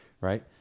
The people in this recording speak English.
Right